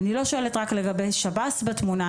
אני לא שואלת רק לגבי שב"ס בתמונה,